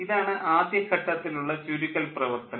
ഇതാണ് ആദ്യ ഘട്ടത്തിലുള്ള ചുരുക്കൽ പ്രവർത്തനം